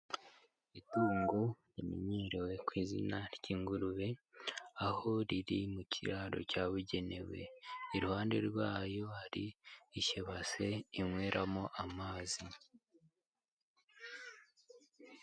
Itungo rimenyerewe ku izina ry'ingurube, aho riri mu kiraro cyabugenewe, iruhande rwayo hari ikibase inyweramo amazi.